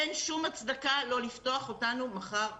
אין שום הצדקה לא לפתוח אותנו מחר בבוקר.